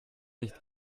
nicht